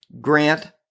grant